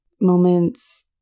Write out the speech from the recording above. moments